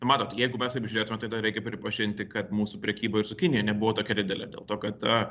matot jeigu mes taip žiūrėtumėm tai dar reikia pripažinti kad mūsų prekyba ir su kinija nebuvo tokia didelė dėl to kad